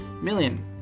million